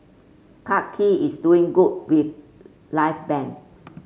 Clarke Quay is doing good with live band